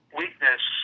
weakness